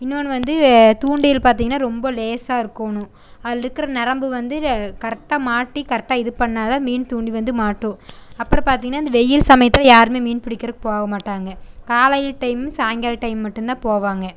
இன்னொன்று வந்து தூண்டில் பார்த்திங்கன்னா ரொம்ப லேசாக இருக்கணும் அதில் இருக்கிற நரம்பு வந்து கரெட்டாக மாட்டி கரெட்டாக இது பண்ணிணா தான் மீன் தூண்டி வந்து மாட்டும் அப்புறம் பார்த்திங்கன்னா இந்த வெயில் சமயத்தில் யாரும் மீன் பிடிக்கிறக்கு போக மாட்டாங்க காலையில் டைமும் சாய்ங்காலம் டைமும் மட்டும்தான் போவாங்க